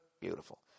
Beautiful